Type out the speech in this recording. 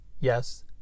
yes